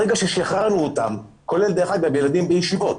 ברגע ששחררנו אותם, כולל ילדים בישיבות,